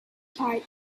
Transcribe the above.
part